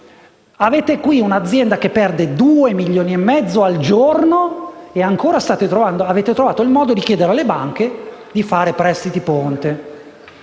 fronte ad un'azienda che perde 2,5 milioni al giorno, ancora trovate il modo di chiedere alle banche di fare prestiti ponte.